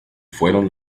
fueron